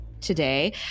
today